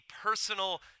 personal